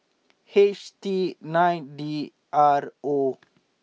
H T nine D R O